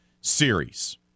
series